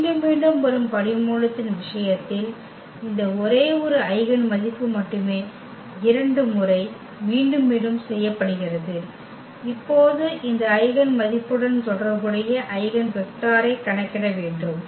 மீண்டும் மீண்டும் வரும் படிமூலத்தின் விஷயத்தில் இந்த ஒரே ஒரு ஐகென் மதிப்பு மட்டுமே 2 முறை மீண்டும் மீண்டும் செய்யப்படுகிறது இப்போது இந்த ஐகென் மதிப்புடன் தொடர்புடைய ஐகென் வெக்டரைக் கணக்கிட வேண்டும்